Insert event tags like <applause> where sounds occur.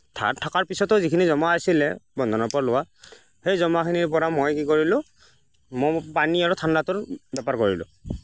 ধাৰ থাকাৰ পিছতো যিখিনি জমা আছিলে বন্ধনৰ পৰা লোৱা সেই জমাখিনিৰ পৰা মই কি কৰিলোঁ মই <unintelligible> পানী আৰু ঠাণ্ডাটোৰ বেপাৰ কৰিলোঁ